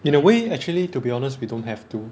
in a way actually to be honest we don't have to